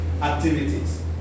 activities